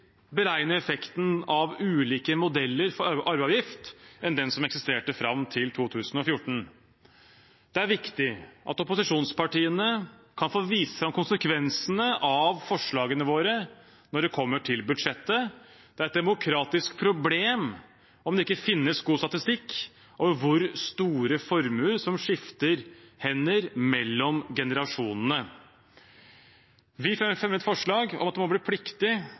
beregne effekten av ulike modeller for arveavgift. Det er viktig at opposisjonspartiene kan få vist fram konsekvensene av forslagene sine når det kommer til budsjettet. Det er et demokratisk problem om det ikke finnes god statistikk over hvor store formuer som skifter hender mellom generasjonene. Vi fremmer forslag om at det «skal være pliktig